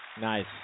Nice